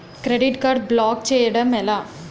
Credit card block చేయడం ఎలా?